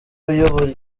uyobora